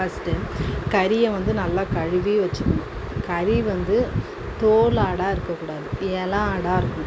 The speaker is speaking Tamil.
ஃபர்ஸ்ட் கரியை வந்து நல்லா கழுவி வைச்சுக்கணும் கறி வந்து தோல் ஆடாக இருக்கக்கூடாது இள ஆடாக இருக்கணும்